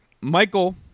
Michael